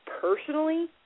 personally